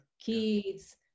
kids